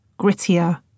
grittier